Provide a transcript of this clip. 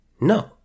No